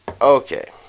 Okay